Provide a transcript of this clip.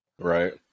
Right